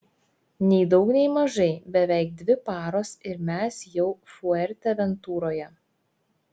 nei daug nei mažai beveik dvi paros ir mes jau fuerteventuroje